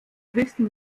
höchsten